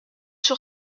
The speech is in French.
sur